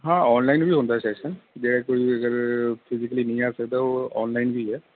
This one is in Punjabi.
ਹਾਂ ਔਨਲਾਈਨ ਵੀ ਹੁੰਦਾ ਸੈਸ਼ਨ ਜਿਹੜਾ ਕੋਈ ਅਗਰ ਫਿਜੀਕਲੀ ਨਹੀਂ ਆ ਸਕਦਾ ਉਹ ਔਨਲਾਈਨ ਵੀ ਹੈ